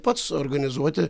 pats suorganizuoti